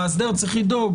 המאסדר צריך לדאוג,